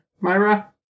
Myra